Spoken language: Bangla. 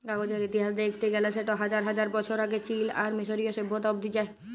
কাগজের ইতিহাস দ্যাখতে গ্যালে সেট হাজার হাজার বছর আগে চীল আর মিশরীয় সভ্যতা অব্দি যায়